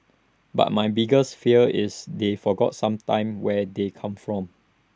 but my biggers fear is they forget sometimes where they come from